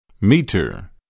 meter